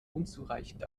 unzureichend